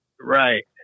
Right